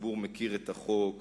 הציבור מכיר את החוק,